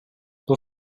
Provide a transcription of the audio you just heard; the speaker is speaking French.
pour